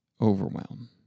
Overwhelm